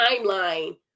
timeline